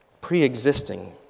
pre-existing